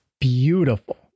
beautiful